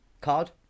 card